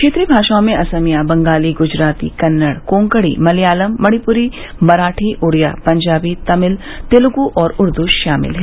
क्षेत्रीय भाषाओं में असमिया बंगाली गुजराती कन्नड़ कोंकणी मलयालम मणिपुरी मराठी उडिया पंजाबी तमिल तेलुगु और उर्दू शामिल हैं